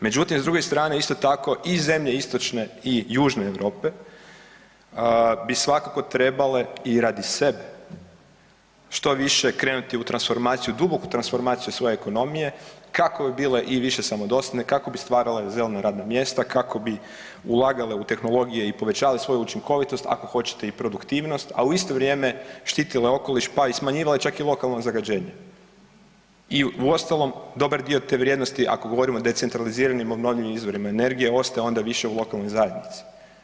Međutim, s druge strane isto tako i zemlje istočne i južne Europe bi svakako trebale i radi sebe što više krenuti u transformaciju, duboku transformaciju svoje ekonomije kako bi bile i više samodostatne, kako bi stvarale zelena radna mjesta, kako bi ulagale u tehnologije i povećavale svoju učinkovitost, ako hoćete i produktivnost, a u isto vrijeme štitile okoliš, pa i smanjivale čak i lokalno zagađenje i u ostalom dobar dio te vrijednost ako govorimo o decentraliziranim obnovljivim izvorima energije ostaje onda više u lokalnoj zajednici.